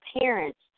parents